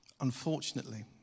Unfortunately